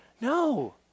No